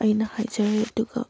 ꯑꯩꯅ ꯍꯥꯏꯖꯔꯤ ꯑꯗꯨꯒ